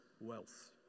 wealth